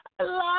love